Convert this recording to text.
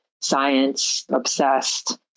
science-obsessed